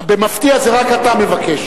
במפתיע זה רק אתה מבקש.